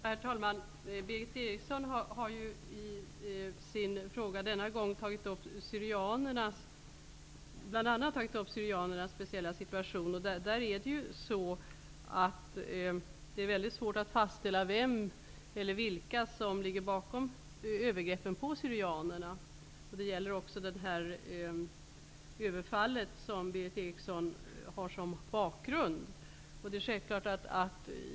Herr talman! Berith Eriksson har i sin fråga denna gång tagit upp bl.a. syrianernas speciella situation. Det är väldigt svårt att fastställa vilka som ligger bakom övergreppen på syrianerna. Det gäller även det överfall som Berith Eriksson har såsom bakgrund till sin fråga.